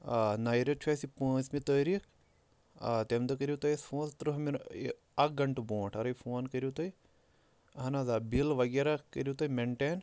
آ نَیہِ ریٚتہٕ چھُ اَسہِ یہِ پوٗنٛژمہِ تٲریٖخ آ تَمہِ دۄہ کٔرِو تُہۍ اَسہِ فون تٕرٛہ مِنہ یہِ اَکھ گَنٹہٕ برٛونٛٹھ اَگَرے فون کٔرِو تُہۍ اہن حظ آ بِل وغیرہ کٔرِو تُہۍ مٮ۪نٹین